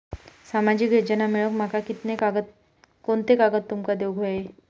सामाजिक योजना मिलवूक माका कोनते कागद तुमका देऊक व्हये?